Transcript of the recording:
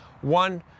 One